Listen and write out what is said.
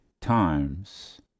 times